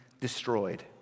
destroyed